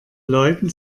leuten